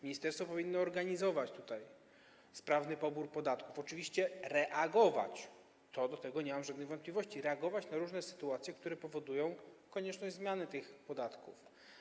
Ministerstwo powinno organizować sprawny pobór podatków, oczywiście reagować, co do tego nie mam żadnej wątpliwości, na różne sytuacje, które powodują konieczność zmiany tych podatków.